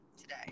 today